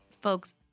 folks